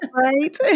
right